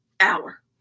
hour